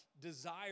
desire